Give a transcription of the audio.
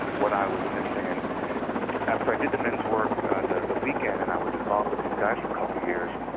what i was missing and after i did the men's work the the weekend and i was involved with these guys for couple for years,